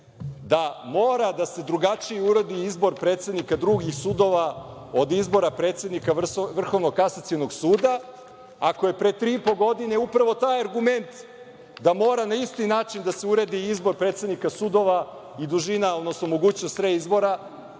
da mora da se drugačije uredi izbor predsednika drugih sudova od izbora predsednika Vrhovnog kasacionog suda, ako je pre tri i po godine upravo taj argument da mora na isti način da se uradi izbor predsednika sudova i dužine, odnosno mogućnost reizbora